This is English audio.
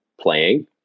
playing